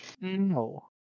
No